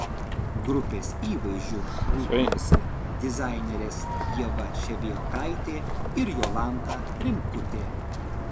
grupės įvaizdžiu rūpinosi dizainerės ieva ševiakovaitė ir jolanta rimkutė